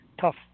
tough